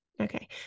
Okay